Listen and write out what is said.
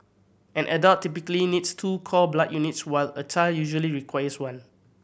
an adult typically needs two cord blood units while a child usually requires one